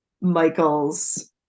Michael's